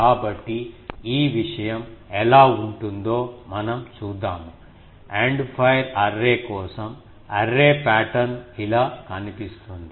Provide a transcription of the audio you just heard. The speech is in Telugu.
కాబట్టిఈ విషయం ఎలా ఉంటుందో మనం చూద్దాము ఎండ్ ఫైర్ అర్రే కోసం అర్రే పాటర్న్ ఇలా కనిపిస్తుంది